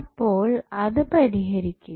അപ്പോൾ അത് പരിഹരിക്കുക